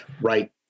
Right